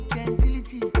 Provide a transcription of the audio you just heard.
Gentility